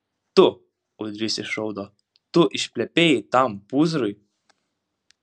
tu ūdrys išraudo tu išplepėjai tam pūzrui